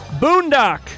Boondock